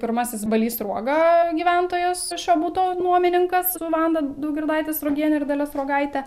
pirmasis balys sruoga gyventojas šio buto nuomininkas su vanda daugirdaite sruogiene ir dalia sruogaite